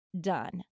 done